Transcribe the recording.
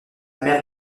mère